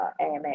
AMA